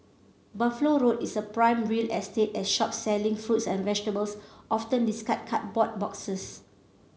Buffalo Road is a prime real estate as shops selling fruits and vegetables often discard cardboard boxes